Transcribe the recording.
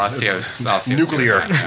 Nuclear